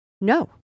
No